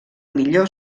millor